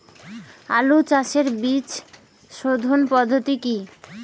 আলু চাষের বীজ সোধনের পদ্ধতি কি?